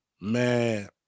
man